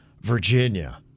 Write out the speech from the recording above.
Virginia